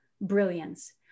brilliance